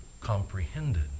comprehended